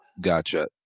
Gotcha